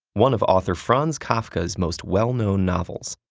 one of author franz kafka's most well-known novels.